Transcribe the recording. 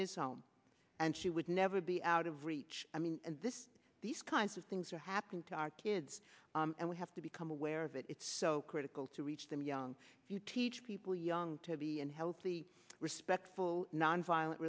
his home and she would never be out of reach i mean this these kinds of things are happening to our kids and we have to become aware of it it's so critical to reach them young if you teach people young to be unhealthy respectful nonviolent